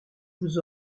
vous